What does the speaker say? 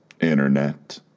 internet